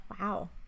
wow